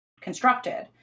constructed